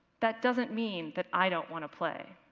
that doesn't mean that i don't want to play.